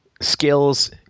skills